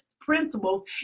principles